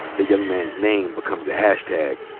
the young man's name becomes a hashtag.